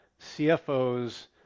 CFOs